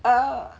oh